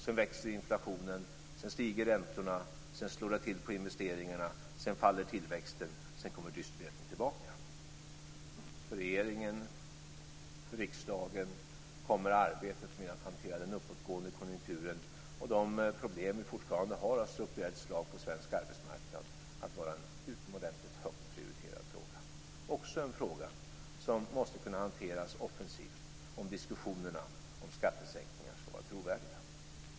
Då växer inflationen. Sedan stiger räntorna. Sedan slår det till på investeringarna. Sedan faller tillväxten. Sedan kommer dysterheten tillbaka. För regeringen och riksdagen kommer arbetet med att hantera den uppåtgående konjunkturen och de problem som vi fortfarande har av strukturellt slag på svensk arbetsmarknad att vara en utomordentligt högt prioriterade fråga. Det är också en fråga som måste kunna hanteras offensivt om diskussionerna om skattesänkningar skall vara trovärdiga.